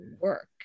work